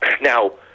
Now